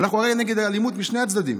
אנחנו הרי נגד אלימות משני הצדדים,